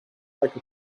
like